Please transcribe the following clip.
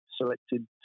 selected